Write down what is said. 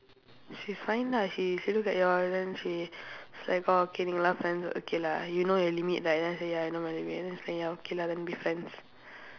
she's fine lah she she look at you all then she's like orh last time okay lah you know your limit right then I said ya I know my limit then it's like ya okay lah then be friends